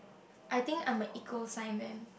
I think I'm a eco sign then